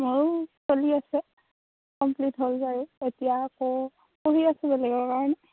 মইও চলি আছে কমপ্লিট হ'ল বাৰু এতিয়া আকৌ পঢ়ি আছোঁ বেলেগৰ কাৰণে